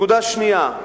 נקודה שנייה,